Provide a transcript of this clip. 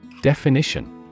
Definition